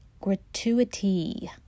gratuity